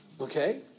okay